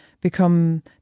become